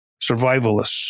Survivalists